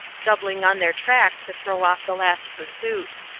doubling on their tracks to throw off the last pursuit.